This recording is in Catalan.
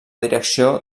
direcció